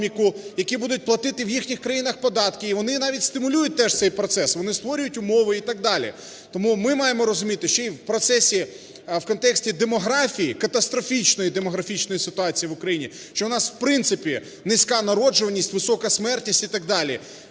які будуть платити в їхніх країнах податки, і вони навіть стимулюють теж цей процес, вони створюють умови і так далі. Тому ми маємо розуміти, що і в процесі, в контексті демографії, катастрофічної демографічної ситуації в Україні, що у нас в принципі низька народжуваність, висока смертність і так далі,